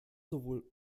sowohl